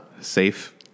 Safe